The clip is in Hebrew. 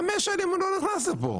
חמש שנים הוא לא יכול להיכנס לפה.